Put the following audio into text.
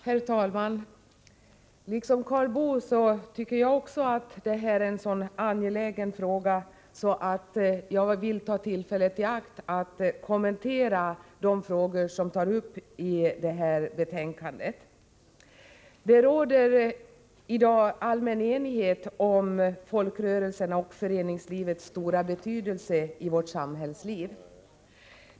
Herr talman! Liksom Karl Boo tycker jag att detta är ett så angeläget ärende att jag vill ta tillfället i akt att kommentera de frågor som tas upp i betänkandet. Det råder i dag allmän enighet om folkrörelsernas och föreningslivets stora betydelse i vårt samhällsliv.